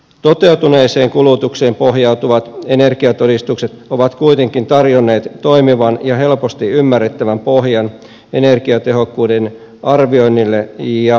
toteutuneeseen kulutukseen pohjautuvat energiatodistukset ovat kuitenkin tarjonneet toimivan ja helposti ymmärrettävän pohjan energiatehokkuuden arvioinnille ja parantamiselle